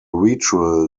ritual